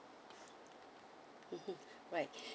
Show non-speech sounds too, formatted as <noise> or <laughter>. mmhmm right <breath>